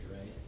right